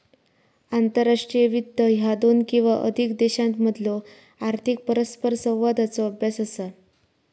आंतरराष्ट्रीय वित्त ह्या दोन किंवा अधिक देशांमधलो आर्थिक परस्परसंवादाचो अभ्यास असा